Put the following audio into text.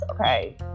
Okay